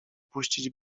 puścić